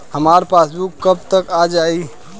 हमार पासबूक कब तक आ जाई?